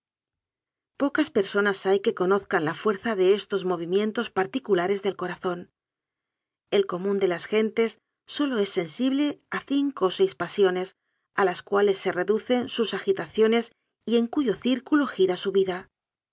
pocas personas hay que conozcan la fuerza de estos movimientos particulares del corazón el co mún de las gentes sólo es sensible a cinco o seis pasiones a las cuales se reducen sus agitaciones y en cuyo círculo gira su vida